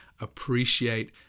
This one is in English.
appreciate